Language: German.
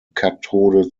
kathode